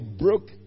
broke